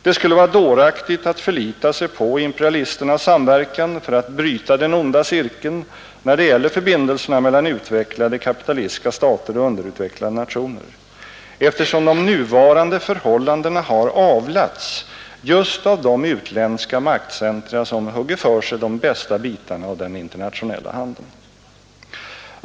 Det skulle vara dåraktigt att förlita sig på imperialisternas samverkan för att bryta den onda cirkeln när det gäller förbindelserna mellan utvecklade kapitalistiska stater och underutvecklade nationer, eftersom de nuvarande förhållandena har avlats just av de utländska maktcentra som hugger för sig de bästa bitarna av den internationella handeln.